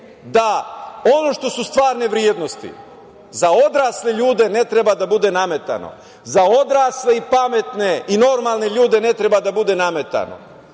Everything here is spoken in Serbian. da ono što su stvarne vrednosti za odrasle ljude ne treba da bude nametano. Za odrasle, pametne i normalne ljude ne treba da bude nametano. Inače,